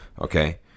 Okay